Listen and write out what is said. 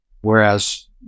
Whereas